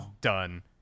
done